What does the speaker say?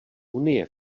unie